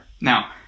Now